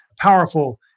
powerful